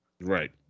Right